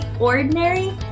ordinary